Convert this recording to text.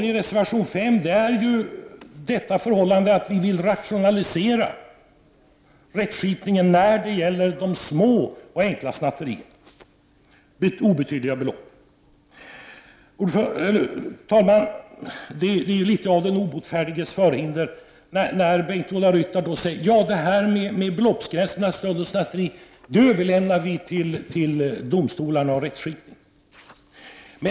I reservation 5 säger vi från borgerligt håll att vi vill rationalisera rättsskipningen när det gäller de små och enkla snatterierna som avser obetydliga belopp. Herr talman! Det är litet av den obotfärdiges förhinder när Bengt-Ola Ryttar säger att beloppsgränserna för snatteri skall överlåtas till domstolarna och rättsskipningen att besluta om.